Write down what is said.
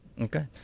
Okay